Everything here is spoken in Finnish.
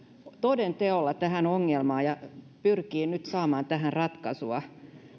toden teolla tähän ongelmaan ja pyrkii nyt saamaan tähän ratkaisua